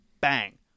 bang